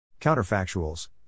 Counterfactuals